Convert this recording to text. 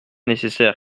nécessaire